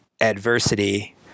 adversity